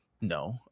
no